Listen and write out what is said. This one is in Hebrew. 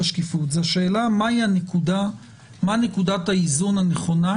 השקיפות אלא השאלה מה היא נקודת האיזון הנכונה,